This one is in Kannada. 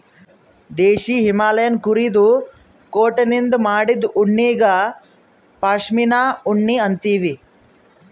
ದೇಶೀ ಹಿಮಾಲಯ್ ಕುರಿದು ಕೋಟನಿಂದ್ ಮಾಡಿದ್ದು ಉಣ್ಣಿಗಾ ಪಶ್ಮಿನಾ ಉಣ್ಣಿ ಅಂತೀವಿ